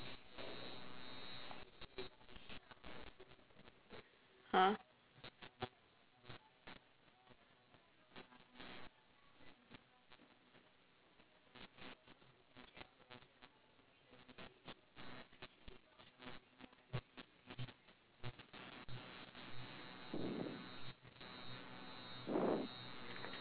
!huh!